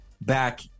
back